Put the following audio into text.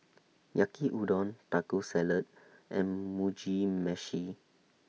Yaki Udon Taco Salad and Mugi Meshi